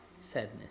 sadness